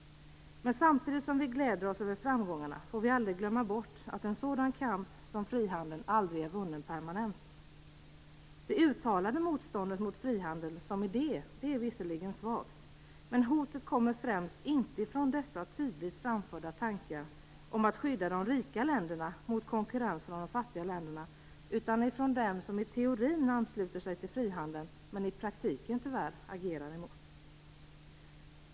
Men samtidigt som vi gläder oss över framgångarna får vi aldrig glömma bort att en sådan kamp som frihandelns aldrig är vunnen permanent. Det uttalade motståndet mot frihandeln som idé är visserligen svagt, men hotet kommer inte främst från dessa tydligt framförda tankar om att skydda de rika länderna mot konkurrens från de fattiga länderna, utan från dem som i teorin ansluter sig till frihandeln men i praktiken tyvärr agerar emot.